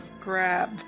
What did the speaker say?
Grab